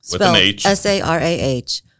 S-A-R-A-H